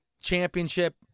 championship